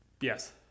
Yes